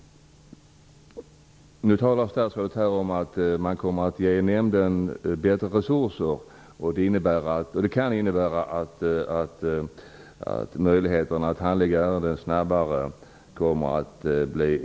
Nu talar statsrådet om att man kommer att ge nämnden bättre resurser och att det kan innebära möjligheter att handlägga ärendena snabbare.